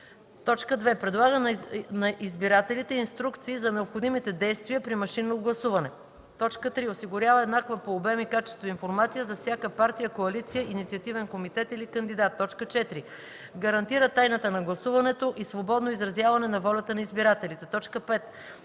2. предлага на избирателите инструкции за необходимите действия при машинно гласуване; 3. осигурява еднаква по обем и качество информация за всяка партия, коалиция, инициативен комитет или кандидат; 4. гарантира тайната на гласуването и свободно изразяване на волята на избирателите; 5.